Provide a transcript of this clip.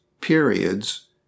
periods